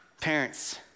Parents